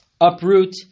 uproot